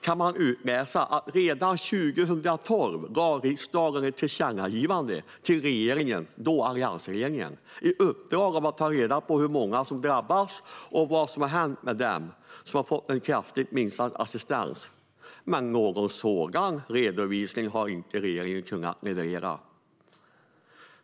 kan man utläsa att riksdagen redan 2012 i ett tillkännagivande till regeringen gav regeringen i uppdrag att ta reda på hur många som hade drabbats och vad som hade hänt med dem som hade fått kraftigt minskad assistans. Men någon sådan redovisning har regeringen inte levererat.